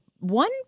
One